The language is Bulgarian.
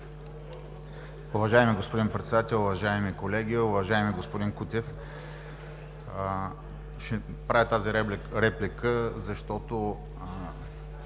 Уважаеми господин Председател, уважаеми колеги, уважаеми господин Рашидов! Правя тази реплика, защото